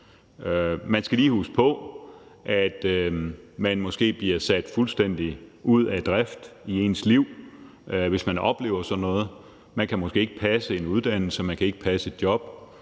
Man skal lige huske på, at man måske bliver sat fuldstændig ud af drift i ens liv, hvis man oplever sådan noget. Man kan måske ikke passe en uddannelse, og man kan ikke passe et job;